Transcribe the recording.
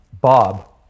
Bob